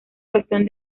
cuestión